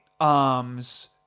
arms